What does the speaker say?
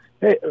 Hey